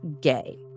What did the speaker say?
Gay